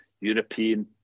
European